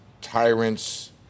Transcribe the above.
tyrants